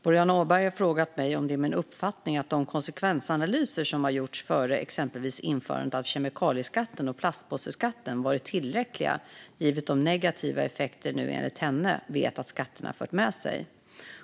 Fru talman! Boriana Åberg har frågat mig om det är min uppfattning att de konsekvensanalyser som har gjorts före exempelvis införandet av kemikalieskatten och plastpåseskatten varit tillräckliga givet de negativa effekter vi nu enligt henne vet att skatterna fört med sig.